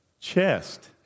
chest